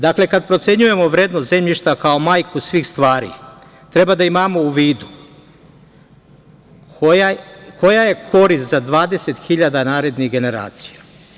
Dakle, kada procenjujemo vrednost zemljišta kao majku svih stvari, treba da imamo u vidu koja je korist za 20 hiljada narednih generacija.